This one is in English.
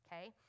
okay